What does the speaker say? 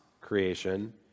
creation